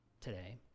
today